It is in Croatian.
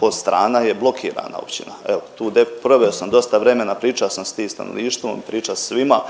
Podstrana je blokirana općina. Evo tu proveo sam dosta vremena, pričao sam s tim stanovništvom, pričam sa svima